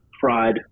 fried